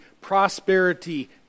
prosperity